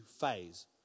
phase